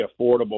affordable